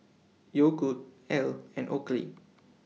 Yogood Elle and Oakley